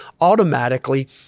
automatically